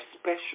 special